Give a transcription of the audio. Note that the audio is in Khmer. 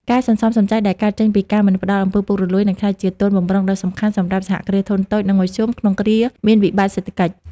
ការសន្សំសំចៃដែលកើតចេញពីការមិនផ្ដល់ អំពើពុករលួយ នឹងក្លាយជាទុនបម្រុងដ៏សំខាន់សម្រាប់ សហគ្រាសធុនតូច និងមធ្យម ក្នុងគ្រាមានវិបត្តិសេដ្ឋកិច្ច។